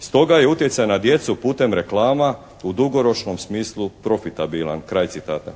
Stoga je utjecaj na djecu putem reklama u dugoročnom smislu profitabilan", kraj citata.